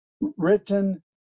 written